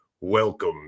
welcome